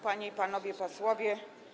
Panie i Panowie Posłowie!